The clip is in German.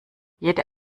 jede